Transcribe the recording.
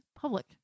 public